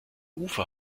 ufer